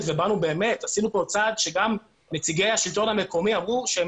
ובאמת עשינו כאן צעד שגם נציגי השלטון המקומי אמרו שהם